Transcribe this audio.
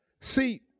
See